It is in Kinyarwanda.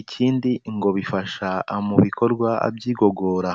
ikindi ngo bifasha mu bikorwa by'igogora.